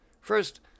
first